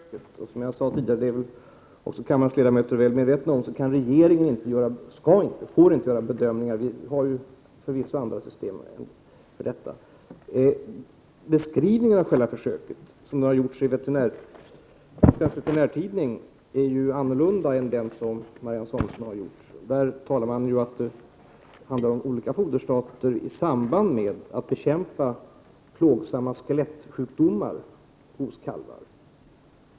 Herr talman! Först har det ställts frågor kring det speciella försöket. Som jag sade tidigare, vilket kammarens ledamöter också är väl medvetna om, kan och får regeringen inte göra sådana bedömningar. Vi har förvisso andra system för detta. Beskrivningen av själva försöket i Svensk Veterinärtidning är dock annorlunda än den som Marianne Samuelsson har gjort. I tidskriften sägs att det handlar om olika foderstater i samband med bekämpning av plågsamma skelettsjukdomar hos kalvar.